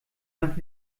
nach